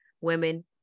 Women